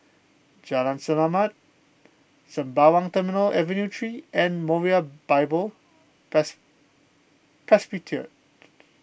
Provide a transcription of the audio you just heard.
Jalan Selamat Sembawang Terminal Avenue three and Moriah Bible Presby